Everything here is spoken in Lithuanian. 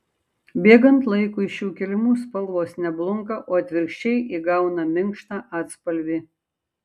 bėgant laikui šių kilimų spalvos ne blunka o atvirkščiai įgauna minkštą atspalvį